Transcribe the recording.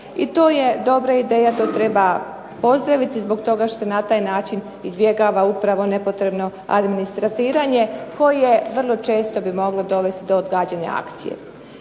To je dobra ideja, to treba pozdraviti, zbog toga što na taj način izbjegava upravo nepotrebno administratiranje koje vrlo često bi moglo dovesti do odgađanja akcije.